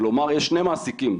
כלומר, יש שני מעסיקים,